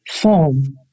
form